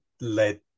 let